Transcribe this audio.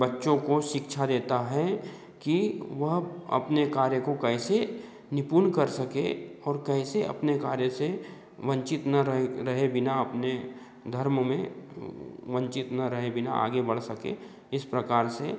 बच्चों को शिक्षा देता है की वह अपने कार्य को कैसे निपुण कर सके और कैसे अपने कार्य से वंचित न रहे रहे बिना अपने धर्म में वंचित न रहे बिना आगे बढ़ सके इस प्रकार से